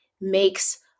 makes